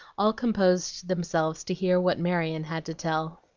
all composed themselves to hear what marion had to tell.